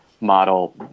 Model